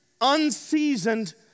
unseasoned